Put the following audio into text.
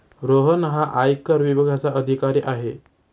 रोहन हा आयकर विभागाचा अधिकारी आहे